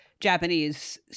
Japanese